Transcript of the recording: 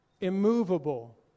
immovable